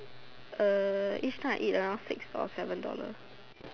uh each time I eat around six or seven dollars